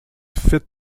fit